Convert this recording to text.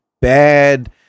bad